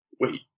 wait